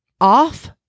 off